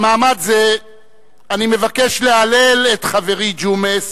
במעמד זה אני מבקש להלל את חברי ג'ומס,